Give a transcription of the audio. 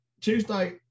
Tuesday